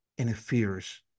interferes